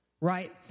right